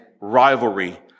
rivalry